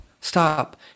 stop